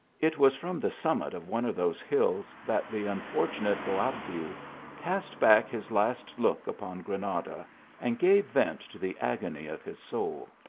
it was from the summit of one of those hills that the unfortunate boabdil cast back his last look upon granada and gave vent to the agony of his soul.